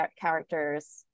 characters